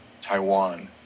Taiwan